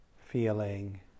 feeling